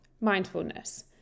mindfulness